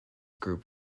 group